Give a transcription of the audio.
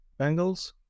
Bengals